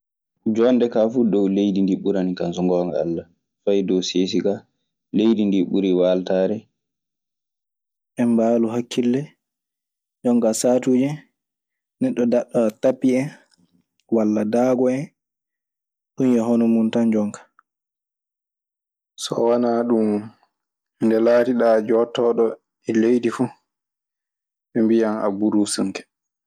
Jonnde kaa fuu dow leydi ndii ɓurani kan so ngoonga Alla fay dow seesi ka. Leydi ndii ɓuri waaltaare e mbaalu hakkille. Jonkaa saatuuje neɗɗo daɗɗa tappi en walla daago en ɗum e hono mum tan jonka. So wanaa ɗun, nde laatiɗaa a jaaɗotooɗo e leydi fuu. Ɓe mbiyan a buruusinke.